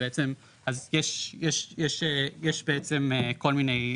בעצם אז יש יש יש יש בעצם כל מיני,